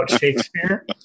Shakespeare